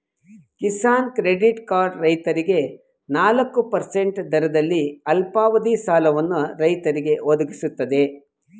Kisan credit card ರೈತರಿಗೆ ನಾಲ್ಕು percent ದರದಲ್ಲಿ ಅಲ್ಪಾವಧಿ ಸಾಲವನ್ನು ರೈತರಿಗೆ ಒದಗಿಸ್ತದೆ